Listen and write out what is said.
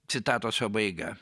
citatos pabaiga